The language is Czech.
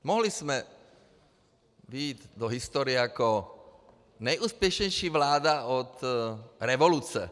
Mohli jsme vejít do historie jako nejúspěšnější vláda od revoluce.